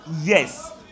yes